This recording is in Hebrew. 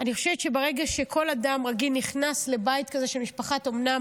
חושבת שברגע שכל אדם רגיל נכנס לבית כזה של משפחת אומנה,